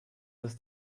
das